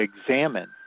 examine